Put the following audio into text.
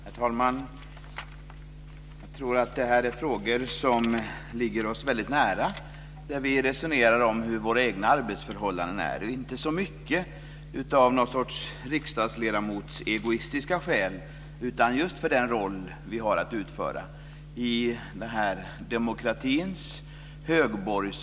Herr talman! Jag tror att det är frågor som ligger oss väldigt nära när vi resonerar om hur våra egna arbetsförhållanden är - inte så mycket av någon sorts riksdagsledamotsegoistiska skäl, utan just för den roll vi har att utföra i denna demokratins högborg.